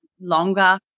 longer